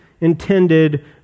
intended